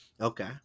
okay